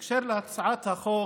בהקשר להצעת החוק